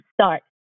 start